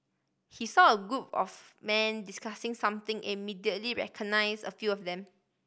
he saw a group of men discussing something immediately recognise a few of them